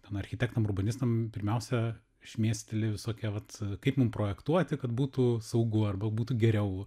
ten architektam urbanistam pirmiausia šmėsteli visokie vat kaip mum projektuoti kad būtų saugu arba būtų geriau